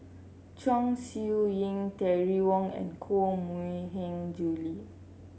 Chong Siew Ying Terry Wong and Koh Mui Hiang Julie